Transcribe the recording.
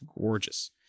gorgeous